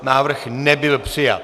Návrh nebyl přijat.